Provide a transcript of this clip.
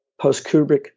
post-Kubrick